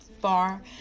far